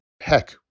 Heck